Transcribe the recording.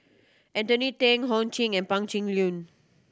Anthony Then Ho Ching and Pan Cheng Lui